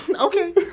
Okay